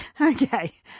Okay